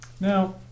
Now